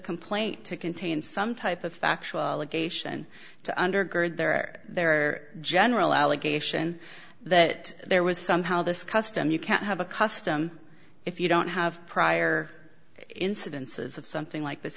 complaint to contain some type of factual allegations to undergird there their general allegation that there was somehow this custom you can't have a custom if you don't have prior incidences of something like this